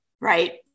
right